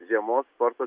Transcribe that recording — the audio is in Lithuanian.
žiemos sporto